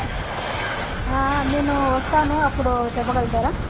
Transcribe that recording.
నేను వస్తాను అప్పుడు చెప్పగలుగుతారా